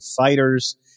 fighters